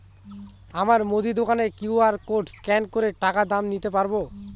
আমার মুদি দোকানের কিউ.আর কোড স্ক্যান করে টাকা দাম দিতে পারব?